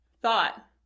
Thought